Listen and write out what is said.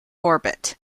orbit